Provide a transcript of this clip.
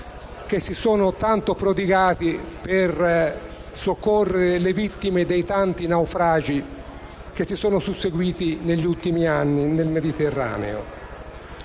che si sono tanto prodigati per soccorrere le vittime dei tanti naufragi che si sono susseguiti negli ultimi anni nel Mediterraneo.